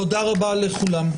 תודה רבה לכולם.